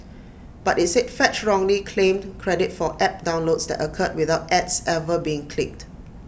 but IT said fetch wrongly claimed credit for app downloads that occurred without ads ever being clicked